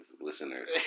listeners